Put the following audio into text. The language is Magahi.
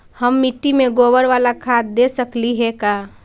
हम मिट्टी में गोबर बाला खाद दे सकली हे का?